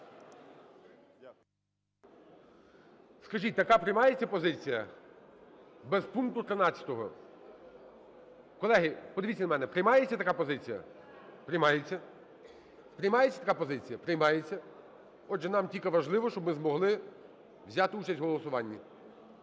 Скажіть, така приймається позиція без пункту 13? Колеги, подивіться на мене, приймається така позиція? Приймається. Приймається така позиція? Приймається. Отже, нам тільки важливо, щоби ми змогли взяти участь в голосуванні.